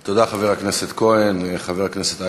תודה, חבר הכנסת כהן.